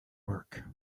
work